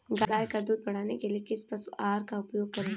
गाय का दूध बढ़ाने के लिए किस पशु आहार का उपयोग करें?